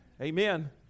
amen